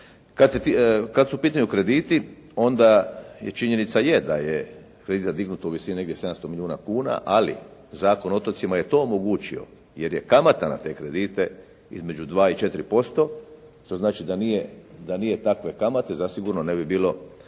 Kad su u pitanju krediti onda je činjenica je da je kredita dignuto u visini negdje 700 milijuna kuna, ali Zakon o otocima je to omogućio jer je kamata na te kredite između 2 i 4% što znači da nije takve kamate zasigurno ne bi bilo